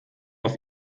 auf